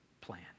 plan